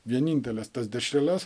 vieninteles tas dešreles